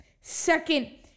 second